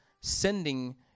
sending